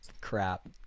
crap